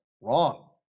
wrong